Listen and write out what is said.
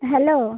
hello